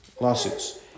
lawsuits